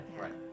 Right